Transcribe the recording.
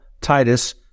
Titus